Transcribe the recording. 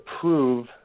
prove